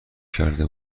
کرده